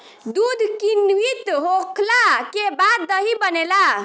दूध किण्वित होखला के बाद दही बनेला